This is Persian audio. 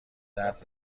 درد